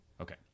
Okay